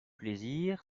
plaisir